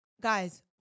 guys